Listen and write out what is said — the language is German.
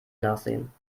nachsehen